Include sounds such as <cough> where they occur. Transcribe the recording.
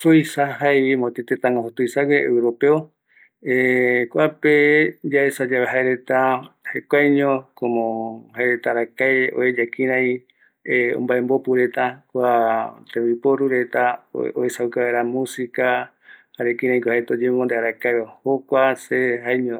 Suiza jaeevi mopeti tëtä guaju tuisagueva, Europeo, <hesitation> kuape yaesa yave jaereta, jekuaeño como arakare oeya kïraï omambopureta kua tembiporuretam oesauka vaera música, jare kiraiko jaereta oyembonde arakaeva, jokua se jeño